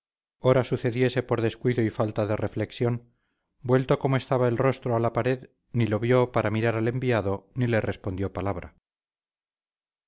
oretes ora sucediese por descuido y falta de reflexión vuelto como estaba el rostro a la pared ni lo volvió para mirar al enviado ni le respondió palabra